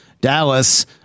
Dallas